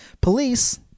police